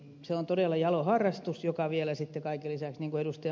se on todella jalo harrastus joka vielä sitten kaiken lisäksi niin kuin ed